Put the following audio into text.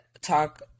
talk